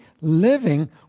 living